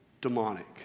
demonic